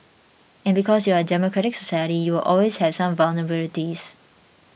and because you're a democratic society you will always have some vulnerabilities